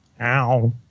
Ow